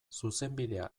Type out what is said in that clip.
zuzenbidea